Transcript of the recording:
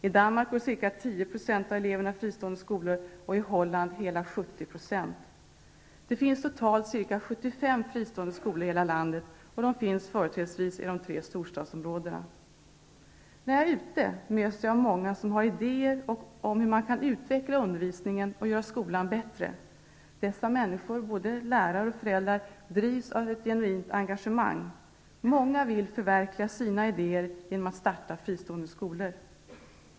I Danmark går ca 10 % av eleverna i fristående skolor och i Holland hela 70 %. Det finns totalt ca 75 fristående skolor i hela landet, och de finns företrädesvis i de tre storstadsområdena. När jag är ute möts jag av många som har idéer om hur man kan utveckla undervisningen och göra skolan bättre. Dessa människor, både lärare och föräldrar, drivs av ett genuint engagemang. Många vill förverkliga sina idéer genom att starta fristående skolor.